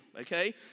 Okay